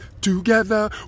together